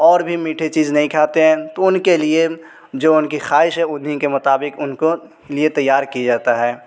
اور بھی میٹھی چیز نہیں کھاتے ہیں تو ان کے لیے جو ان کی خواہش ہے انہیں کے مطابق ان کو لیے تیار کی جاتا ہے